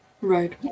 Right